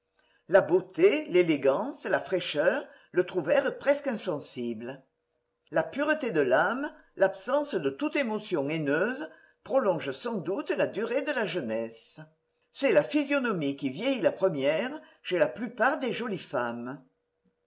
la beauté l'élégance la fraîcheur le trouvèrent presque insensible la pureté de l'âme l'absence de toute émotion haineuse prolongent sans doute la durée de la jeunesse c'est la physionomie qui vieillit la première chez la plupart des jolies femmes